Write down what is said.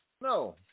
no